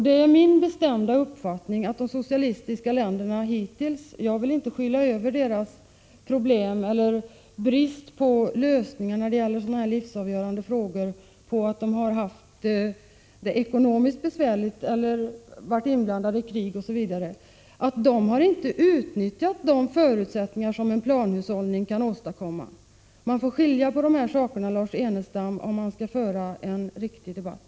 Det är min bestämda uppfattning att de socialistiska länderna hittills — jag vill inte skylla deras problem eller brist på lösningar när det gäller livsavgörande frågor på att de har haft det ekonomiskt besvärligt eller varit inblandade i krig, osv. inte har utnyttjat de förutsättningar som en planhushållning kan ge. Man får skilja på dessa saker, Lars Ernestam, om man skall föra en riktig debatt.